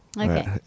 Okay